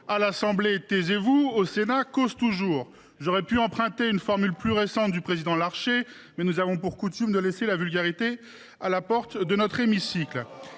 À l’Assemblée : taisez vous. Au Sénat : cause toujours. » J’aurais pu emprunter une formule plus récente du président Larcher, mais nous avons pour coutume de laisser la vulgarité à la porte de notre hémicycle…